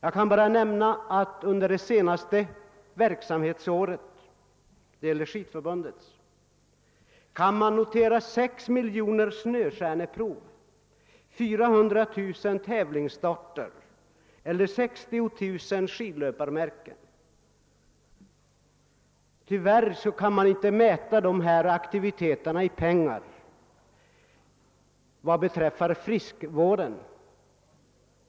Under Skidförbundets senaste verksamhetsår kan man notera sex miljoner snöstjärneprov, 400 000 tävlingsstarter och 60000 skidlöparmärken. Tyvärr kan man inte mäta dessa aktiviteter i pengar vad beträffar hälsovården.